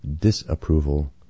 disapproval